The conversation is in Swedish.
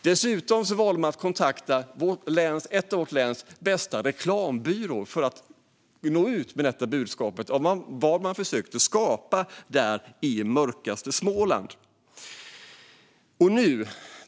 Dessutom valde de att kontakta en av vårt läns bästa reklambyråer för att nå ut med budskapet om vad de försökte att skapa där i mörkaste Småland.